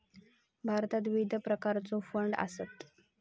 भारतात विविध प्रकारचो फंड आसत